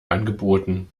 angeboten